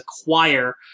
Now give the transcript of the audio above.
Acquire